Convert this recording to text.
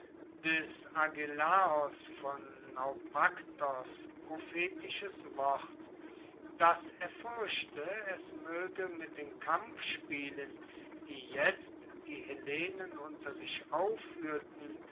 des agelaos von naupaktos prophetisches wort dass er fuerchte es moege mit den kampfspielen die jetzt die hellenen unter sich auffuehrten